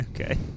Okay